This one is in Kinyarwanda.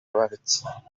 bake